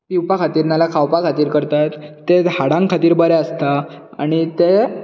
पिवपा खातीर ना जाल्यार खावपा खातीर करतात तें हाडां खातीर बरें आसता आनी तें